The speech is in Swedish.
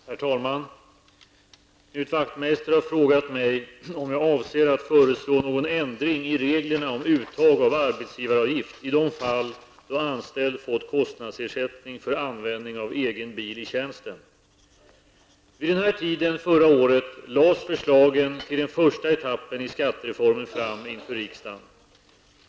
Herr talman! Knut Wachtmeister har frågat mig om jag avser att föreslå någon ändring i reglerna om uttag av arbetsgivaravgift i de fall då anställd fått kostnadsersättning för användning av egen bil i tjänsten. Vid den här tiden förra året lades förslagen till den första etappen i skattereformen fram inför riksdagen.